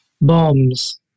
bombs